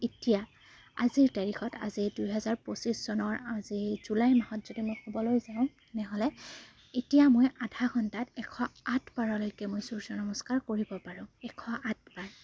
এতিয়া আজিৰ তাৰিখত আজি দুহেজাৰ পঁচিছ চনৰ আজি জুলাই মাহত যদি মই ক'বলৈ যাওঁ তেনেহ'লে এতিয়া মই আধা ঘণ্টাত এশ আঠবাৰলৈকে মই সূৰ্য নমস্কাৰ কৰিব পাৰোঁ এশ আঠবাৰ